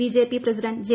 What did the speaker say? BJP president J